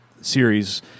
series